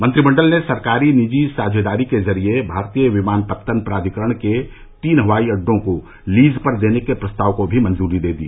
मंत्रिमंडल ने सरकारी निजी साझेदारी के जरिए भारतीय विमानपत्तन प्राधिकरण के तीन हवाई अड्डों को लीज पर देने के प्रस्ताव को भी मंजूरी दे दी